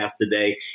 today